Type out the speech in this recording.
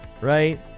Right